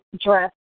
dress